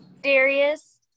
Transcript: Darius